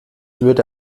würde